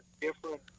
different